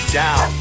down